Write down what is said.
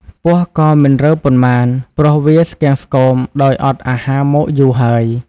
ពស់ក៏មិនរើប៉ុន្មានព្រោះវាស្គាំងស្គមដោយអត់អាហារមកយូរហើយ។